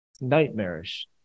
nightmarish